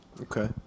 Okay